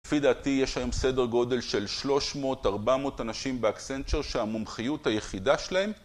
לפי דעתי יש היום סדר גודל של 300-400 אנשים באקסנצ'ר שהמומחיות היחידה שלהם